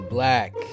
Black